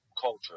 culture